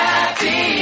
Happy